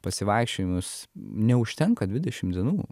pasivaikščiojimus neužtenka dvidešimt dienų